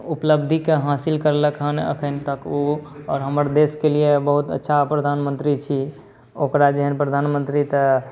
उपलब्धिकेँ हासिल करलक हेँ अखन तक ओ आओर हमर देशके लिए ओ बहुत अच्छा प्रधानमन्त्री छी ओकरा जेहन प्रधानमन्त्री तऽ